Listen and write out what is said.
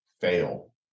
fail